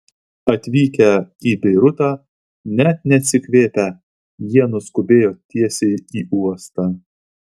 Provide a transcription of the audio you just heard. atvykę į beirutą net neatsikvėpę jie nuskubėjo tiesiai į uostą